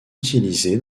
utilisé